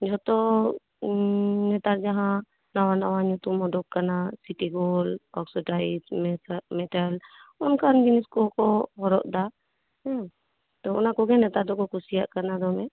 ᱡᱷᱚᱛᱚ ᱱᱮᱛᱟᱨ ᱡᱟᱦᱟᱸ ᱱᱟᱣᱟ ᱱᱟᱣᱟ ᱧᱩᱛᱩᱢ ᱩᱰᱩᱠ ᱟᱠᱟᱱᱟ ᱥᱤᱴᱤ ᱜᱳᱞᱰ ᱚᱱᱠᱟᱱ ᱡᱤᱱᱤᱥ ᱠᱚᱠᱚ ᱦᱚᱨᱚᱜ ᱫᱟ ᱦᱩᱸ ᱛᱚ ᱚᱱᱟᱠᱚᱜᱮ ᱱᱮᱛᱟᱨ ᱫᱚᱠᱚ ᱠᱩᱥᱤᱭᱟᱜ ᱠᱟᱱᱟ ᱫᱚᱢᱮ